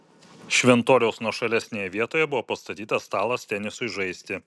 šventoriaus nuošalesnėje vietoje buvo pastatytas stalas tenisui žaisti